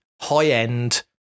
high-end